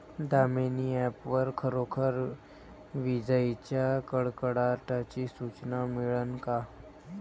Damini app वर खरोखर विजाइच्या कडकडाटाची सूचना मिळन का?